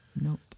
Nope